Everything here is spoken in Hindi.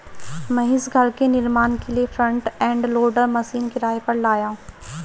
महेश घर के निर्माण के लिए फ्रंट एंड लोडर मशीन किराए पर लाया